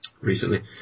recently